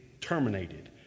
terminated